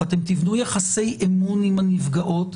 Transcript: אתם תבנו יחסי אמון עם הנפגעות.